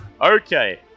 Okay